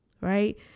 right